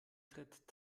tritt